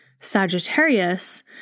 Sagittarius